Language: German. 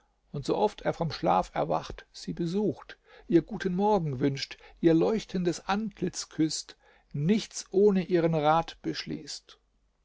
und so oft er vom schlaf erwacht sie besucht ihr guten morgen wünscht ihr leuchtendes antlitz küßt nichts ohne ihren rat beschließt